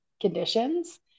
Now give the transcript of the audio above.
conditions